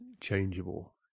changeable